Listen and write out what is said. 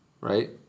right